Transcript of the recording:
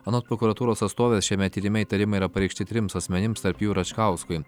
anot prokuratūros atstovės šiame tyrime įtarimai yra pareikšti trims asmenims tarp jų ir račkauskui